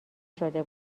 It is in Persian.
شده